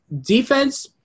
Defense